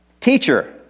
teacher